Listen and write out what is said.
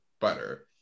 butter